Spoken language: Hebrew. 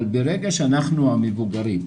אבל ברגע שאנחנו המבוגרים,